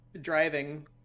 driving